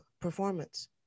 performance